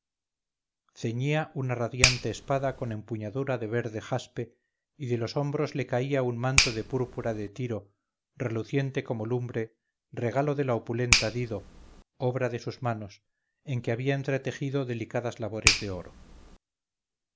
ceñía una radiante espada con empuñadura de verde jaspe y de los hombros le caía un manto de púrpura de tiro reluciente como lumbre regalo de la opulenta dido obra de sus manos en que había entretejido delicadas labores de oro